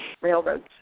railroads